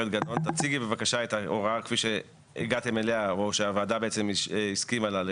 שהגברת גנון תציג את ההוראה כפי שהוועדה הסכימה לה,